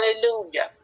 Hallelujah